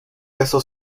beso